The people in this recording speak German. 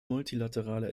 multilaterale